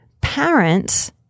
parents